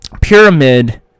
Pyramid